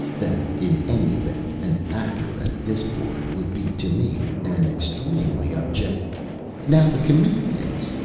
that in any event an actor at this board would be to me an extremely objec now the comedians,